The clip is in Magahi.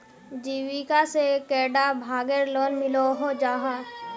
जीविका से कैडा भागेर लोन मिलोहो जाहा?